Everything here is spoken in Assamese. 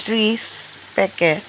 ত্ৰিছ পেকেট